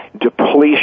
depletion